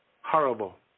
horrible